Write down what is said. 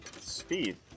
speed